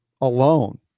alone